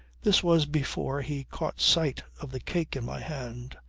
this was before he caught sight of the cake in my hand.